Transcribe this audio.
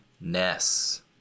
ness